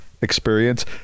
experience